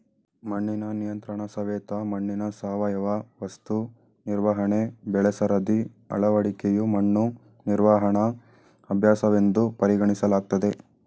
ಮಣ್ಣಿನ ನಿಯಂತ್ರಣಸವೆತ ಮಣ್ಣಿನ ಸಾವಯವ ವಸ್ತು ನಿರ್ವಹಣೆ ಬೆಳೆಸರದಿ ಅಳವಡಿಕೆಯು ಮಣ್ಣು ನಿರ್ವಹಣಾ ಅಭ್ಯಾಸವೆಂದು ಪರಿಗಣಿಸಲಾಗ್ತದೆ